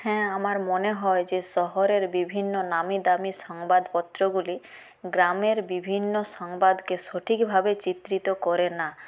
হ্যাঁ আমার মনে হয় যে শহরের বিভিন্ন নামী দামি সংবাদপত্রগুলি গ্রামের বিভিন্ন সংবাদকে সঠিকভাবে চিত্রিত করে না